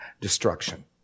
Destruction